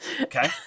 Okay